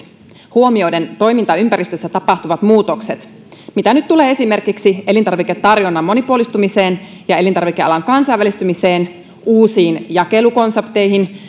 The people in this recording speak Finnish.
huomioiden toimintaympäristössä tapahtuvat muutokset mitä nyt tulee esimerkiksi elintarviketarjonnan monipuolistumiseen ja elintarvikealan kansainvälistymiseen uusiin jakelukonsepteihin